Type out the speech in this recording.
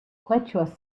quechua